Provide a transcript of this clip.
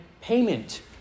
payment